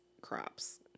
crops